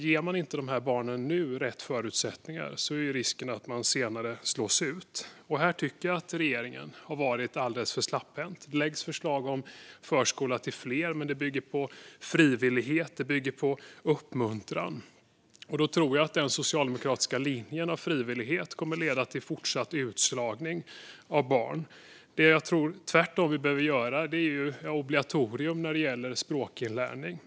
Ger man inte de här barnen rätt förutsättningar nu är risken att de senare slås ut. Här tycker jag att regeringen har varit alldeles för slapphänt. Det läggs fram förslag som förskola till fler. Men det bygger på frivillighet och uppmuntran. Jag tror att den socialdemokratiska linjen om frivillighet kommer att leda till fortsatt utslagning av barn. Det vi tvärtom behöver göra är obligatorium när det gäller språkinlärning.